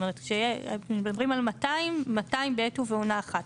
זאת אומרת, כשמדברים על 200 200 בעת ובעונה אחת.